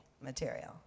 material